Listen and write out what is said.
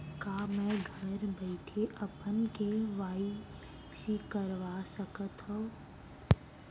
का मैं घर बइठे अपन के.वाई.सी करवा सकत हव?